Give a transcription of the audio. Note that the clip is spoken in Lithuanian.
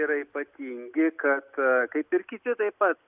yra ypatingi kad kaip ir kiti taip pat